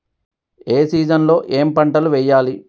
ఏ season లో ఏం పంటలు వెయ్యాలి?